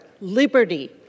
liberty